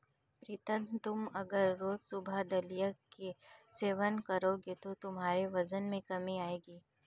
प्रीतम तुम अगर रोज सुबह दलिया का सेवन करोगे तो तुम्हारे वजन में कमी आएगी